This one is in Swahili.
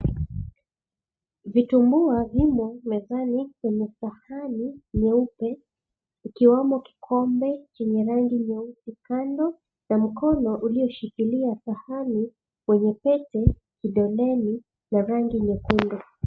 Vitumbua vimo mezani kwenye sahani nyeupe ikiwemo kikombe chenye rangi nyeusi kando na mkono uliyoshikilia sahani yenye pete kidoleni yenye rangi nyekundu.